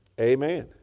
Amen